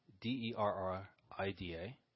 D-E-R-R-I-D-A